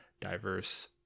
diverse